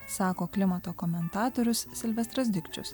sako klimato komentatorius silvestras dikčius